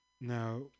now